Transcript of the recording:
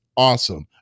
awesome